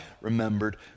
remembered